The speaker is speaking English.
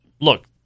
look